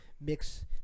Mix